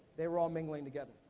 they were all mingling together.